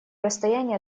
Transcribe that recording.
расстояние